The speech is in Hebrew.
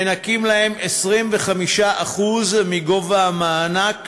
מנכים להם 25% מגובה המענק